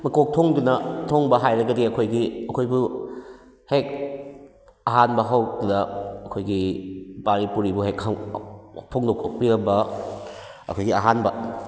ꯃꯀꯣꯛ ꯊꯣꯡꯗꯨꯅ ꯊꯣꯡꯕ ꯍꯥꯏꯔꯒꯗꯤ ꯑꯩꯈꯣꯏꯒꯤ ꯑꯩꯈꯣꯏꯕꯨ ꯍꯦꯛ ꯑꯍꯥꯟꯕ ꯍꯧꯔꯛꯄꯗ ꯑꯩꯈꯣꯏꯒꯤ ꯄꯥꯔꯤ ꯄꯨꯔꯤꯕꯨ ꯍꯦꯛ ꯐꯣꯡꯗꯣꯛꯄꯤꯔꯝꯕ ꯑꯩꯈꯣꯏꯒꯤ ꯑꯍꯥꯟꯕ